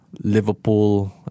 Liverpool